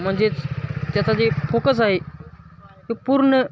म्हणजेच त्याचा जे फोकस आहे हे पूर्ण